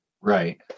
Right